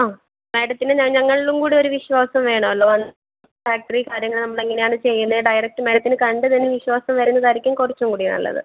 ആ മേഡത്തിന് ഞങ്ങളിലും കൂടെയൊരു വിശ്വാസം വേണമല്ലോ ഫാക്ടറി കാര്യങ്ങൾ നമ്മൾ എങ്ങനെയാണ് ചെയ്യുന്നത് ഡയറക്ട് മേഡത്തിന് കണ്ടുതന്നെ വിശ്വാസം വരുന്നതായിരിക്കും കുറച്ചും കൂടി നല്ലത്